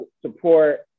support